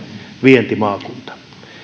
vientimaakunta ja